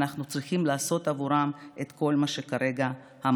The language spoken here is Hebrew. אנחנו צריכים לעשות בעבורם את כל מה שאמרתי כרגע.